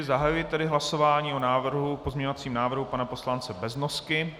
Zahajuji tedy hlasování o pozměňovacím návrhu pana poslance Beznosky.